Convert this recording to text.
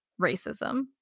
racism